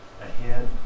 ahead